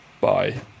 Bye